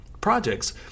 projects